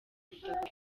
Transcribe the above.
gutaka